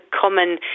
common